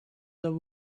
their